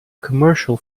commercial